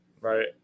Right